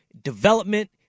development